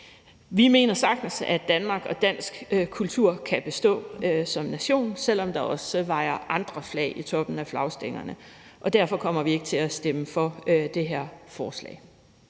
Vi mener sagtens, at Danmark som nation og dansk kultur kan bestå, selv om der også vajer andre flag i toppen af flagstængerne. Derfor kommer vi ikke til at stemme for det her forslag.